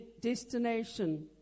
destination